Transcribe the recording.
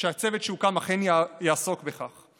שהצוות שהוקם אכן יעסוק בכך.